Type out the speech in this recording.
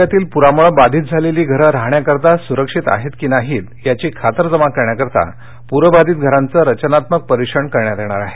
परबाधित घरे प्रामुळे बाधित झालेली घरं राहण्यासाठी सुरक्षित आहेत की नाहीत याची खातरजमा करण्यासाठी प्रबाधित घरांचं रचनात्मक परीक्षण करण्यात येणार आहे